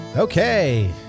Okay